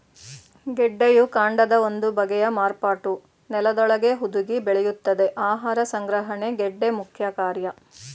ಗೆಡ್ಡೆಯು ಕಾಂಡದ ಒಂದು ಬಗೆಯ ಮಾರ್ಪಾಟು ನೆಲದೊಳಗೇ ಹುದುಗಿ ಬೆಳೆಯುತ್ತದೆ ಆಹಾರ ಸಂಗ್ರಹಣೆ ಗೆಡ್ಡೆ ಮುಖ್ಯಕಾರ್ಯ